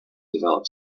developed